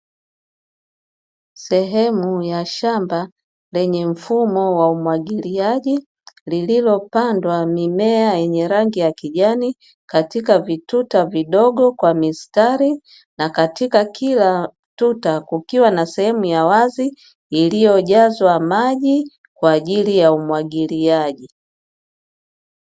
Sehemu ya shamba lenye mfumo wa umwagiliaji, lililopandwa mimea yenye rangi ya kijani, katika vituta vidogo kwa mistari, na katika kila tuta kukiwa na sehemu ya wazi iliyojazwa maji, kwa ajili ya umwagiliaji.